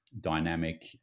Dynamic